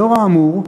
לאור האמור,